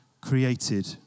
created